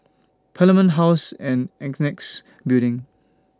Parliament House and Annexe Building